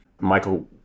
Michael